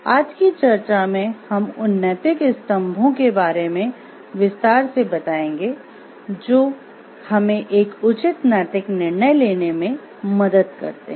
आज की चर्चा में हम उन नैतिक स्तंभों के बारे में विस्तार से बताएंगे जो हमें एक उचित नैतिक निर्णय लेने में मदद करते हैं